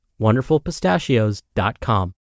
WonderfulPistachios.com